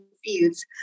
fields